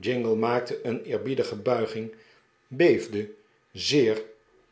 jingle maakte een eerbiedige buiging beefde zeer